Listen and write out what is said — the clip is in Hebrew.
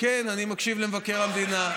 למבקר המדינה.